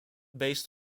based